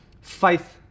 faith